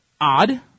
Odd